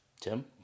Tim